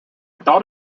thought